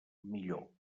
millor